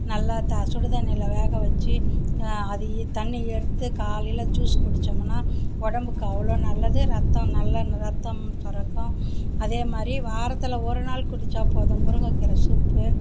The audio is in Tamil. நல்ல த சுடு தண்ணியில வேக வச்சு அதையே தண்ணி எடுத்து காலையில ஜூஸ் குடிச்சோமுன்னா உடம்புக்கு அவ்வளோ நல்லது ரத்தம் நல்ல ரத்தம் சுரக்கும் அதேமாதிரி வாரத்தில் ஒரு நாள் குடிச்சா போதும் முருங்கக்கீரை சூப்பு